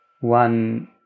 one